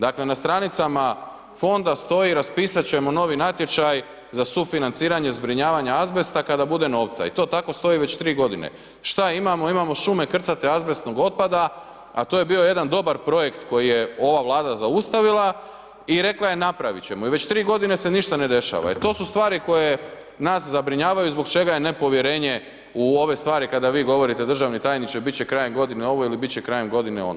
Dakle na stranicama fonda stoji raspisat ćemo novi natječaj za sufinanciranje zbrinjavanja azbesta kada bude novca i to tako stoji već 3 g., šta imamo, imamo šume krcate azbestnog otpada a to je bio jedan dobar projekt koji je ova Vlada zaustavila i rekla je napravit ćemo i već 3 godine se ništa ne dešava jer to su stvari koje nas zabrinjavaju, zbog čega je nepovjerenje u ove stvari, kada vi govorite, državni tajniče, bit će krajem godine ovo ili bit će krajem godine ono.